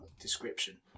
description